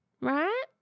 Right